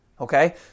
Okay